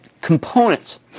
components